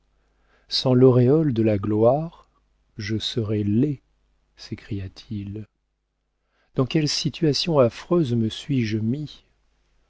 pavé sans l'auréole de la gloire je serais laid s'écria-t-il dans quelle situation affreuse me suis-je mis